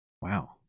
wow